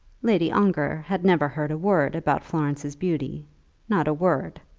lady ongar had never heard a word about florence's beauty not a word.